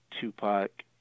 Tupac